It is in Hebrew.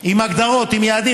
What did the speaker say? עם הגדרות, עם יעדים.